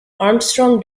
armstrong